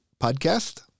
podcast